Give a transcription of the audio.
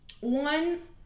one